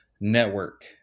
Network